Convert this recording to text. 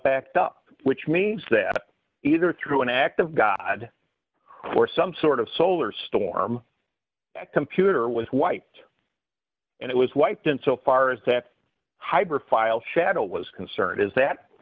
backed up which means that either through an act of god or some sort of solar storm that computer was wiped and it was wiped and so far as that high profile shadow was concerned is that